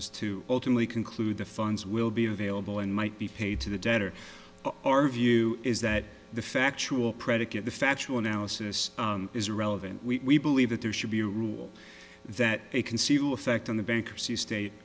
was to ultimately conclude the funds will be available and might be paid to the debtor our view is that the factual predicate the factual analysis is relevant we believe that there should be a rule that they can see the effect on the bankruptcy state